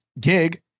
gig